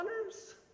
honors